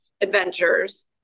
adventures